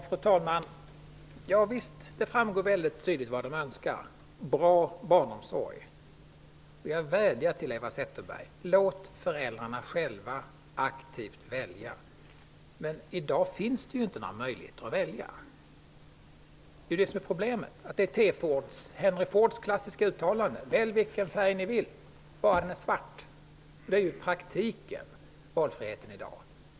Fru talman! Ja visst, det framgår tydligt vad de önskar: bra barnomsorg! Jag vädjar till Eva Zetterberg: Låt föräldrarna själva aktivt välja! Problemet är att det i dag inte finns några möjligheter att välja. På det här området gäller Henry Fords klassiska uttalande: Välj vilken färg ni vill, bara den är svart. Så ser valfriheten på det här området i praktiken ut i dag.